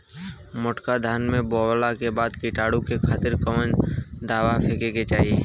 मोटका धान बोवला के बाद कीटाणु के खातिर कवन दावा फेके के चाही?